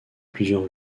plusieurs